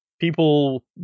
people